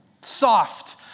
soft